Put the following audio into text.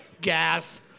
Gas